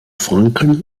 franken